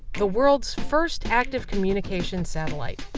the world's first active communication satellite.